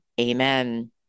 Amen